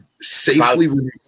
safely